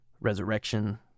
resurrection